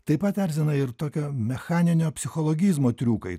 taip pat erzina ir tokio mechaninio psichologizmo triukai